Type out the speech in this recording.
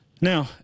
Now